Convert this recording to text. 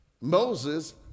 Moses